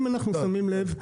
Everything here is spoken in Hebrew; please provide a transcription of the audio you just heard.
אם אנחנו שמים לב,